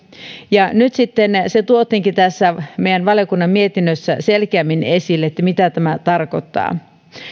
ja nyt sitten tuotiinkin tässä meidän valiokunnan mietinnössä selkeämmin esille mitä tämä tarkoittaa